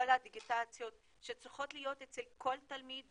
כל הדיגיטציות שצריכות להיות אצל כל תלמיד ותלמידה,